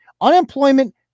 unemployment